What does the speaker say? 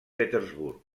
petersburg